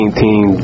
team